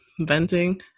venting